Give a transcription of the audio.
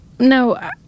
No